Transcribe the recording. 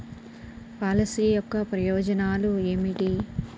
Policy యొక్క ప్రయోజనాలు ఏమిటి?